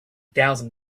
thousand